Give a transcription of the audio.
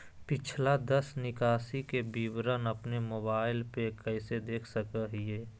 पिछला दस निकासी के विवरण अपन मोबाईल पे कैसे देख सके हियई?